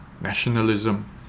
nationalism